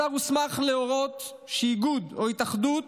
השר מוסמך להורות שאיגוד או התאחדות